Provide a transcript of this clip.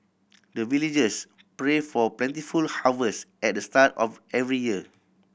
the villagers pray for plentiful harvest at the start of every year